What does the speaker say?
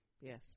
Yes